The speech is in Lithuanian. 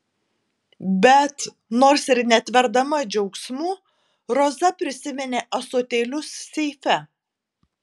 bet nors ir netverdama džiaugsmu roza prisiminė ąsotėlius seife